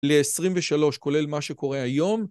ל-23 כולל מה שקורה היום